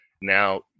now